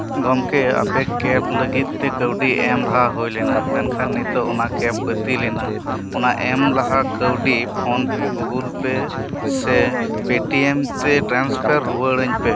ᱜᱚᱢᱠᱮ ᱟᱯᱮ ᱠᱮᱯ ᱞᱟᱹᱜᱤᱫ ᱛᱮ ᱠᱟᱹᱣᱰᱤ ᱮᱢ ᱞᱟᱦᱟ ᱦᱩᱭ ᱞᱮᱱᱟ ᱢᱮᱱᱠᱷᱟᱱ ᱱᱤᱛᱚᱜ ᱚᱱᱟ ᱠᱮᱵ ᱵᱟᱹᱛᱤᱞᱮᱱᱟ ᱚᱱᱟ ᱮᱢ ᱞᱟᱦᱟ ᱠᱟᱹᱣᱰᱤ ᱯᱷᱚᱱ ᱯᱮ ᱜᱩᱜᱩᱞ ᱯᱮ ᱥᱮ ᱯᱮᱴᱤᱭᱮᱢ ᱛᱮ ᱴᱨᱟᱱᱥᱯᱷᱟᱨ ᱨᱩᱣᱟᱹᱲᱟᱹᱧ ᱯᱮ